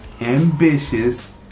ambitious